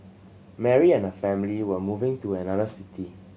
Mary and her family were moving to another city